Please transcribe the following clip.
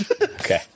Okay